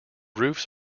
roofs